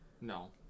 No